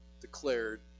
declared